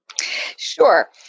Sure